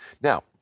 Now